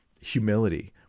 humility